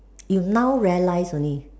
you now realise only